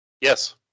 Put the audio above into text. yes